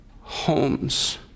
homes